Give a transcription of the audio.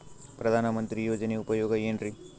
ಪ್ರಧಾನಮಂತ್ರಿ ಯೋಜನೆ ಉಪಯೋಗ ಏನ್ರೀ?